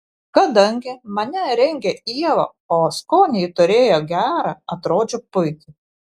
kadangi mane rengė ieva o skonį ji turėjo gerą atrodžiau puikiai